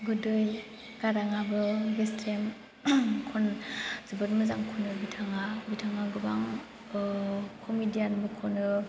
गोदै गाराङाबो गेस्रेम खन जोबोर मोजां खनो बिथाङा गोबां कमिडियानबो खनो